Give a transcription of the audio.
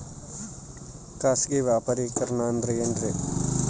ಖಾಸಗಿ ವ್ಯಾಪಾರಿಕರಣ ಅಂದರೆ ಏನ್ರಿ?